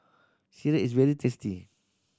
sireh is very tasty